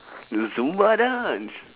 know zumba dance